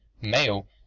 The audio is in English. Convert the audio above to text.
male